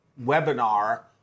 webinar